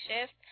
shift